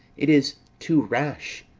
it is too rash,